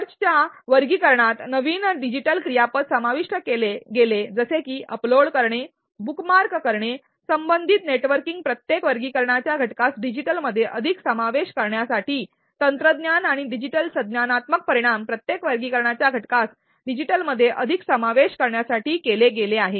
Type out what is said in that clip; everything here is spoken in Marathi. चर्चच्या वर्गीकरणात नवीन डिजिटल क्रियापद समाविष्ट केले गेले जसे की अपलोड करणे बुकमार्क करणे संबंधित नेटवर्किंग प्रत्येक वर्गीकरणाच्या घटकास डिजिटलमध्ये अधिक समावेश करण्यासाठी तंत्रज्ञान आणि डिजिटल संज्ञानात्मक परिणाम प्रत्येक वर्गीकरणाच्या घटकास डिजिटलमध्ये अधिक समावेश करण्यासाठी केले गेले आहे